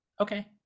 okay